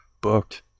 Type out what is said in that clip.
booked